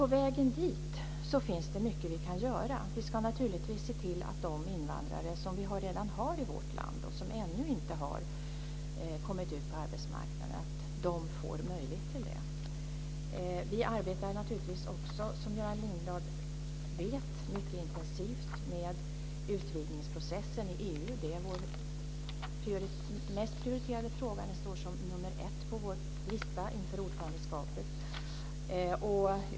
På vägen dit finns det mycket som vi kan göra. Vi ska naturligtvis se till att de invandrare som vi redan har i vårt land och som ännu inte har kommit ut på arbetsmarknaden får möjlighet till det. Som Göran Lindblad vet arbetar vi naturligtvis också mycket intensivt med utvidgningsprocessen i EU. Det är vår mest prioriterade fråga. Den står som nummer ett på vår lista inför ordförandeskapet.